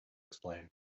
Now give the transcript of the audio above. explain